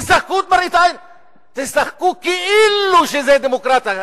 תשחקו כאילו שזה דמוקרטיה,